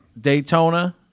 daytona